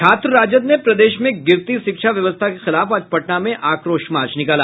छात्र राजद ने प्रदेश में गिरती शिक्षा व्यवस्था के खिलाफ आज पटना में आक्रोश मार्च निकाला